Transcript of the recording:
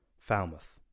Falmouth